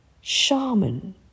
Shaman